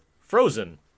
Frozen